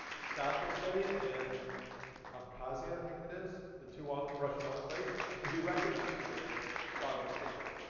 south ossetia and abkhazia, i think it is, the two um russian enclaves, to be recognized as sovereign states.